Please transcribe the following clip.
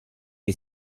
che